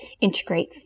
integrate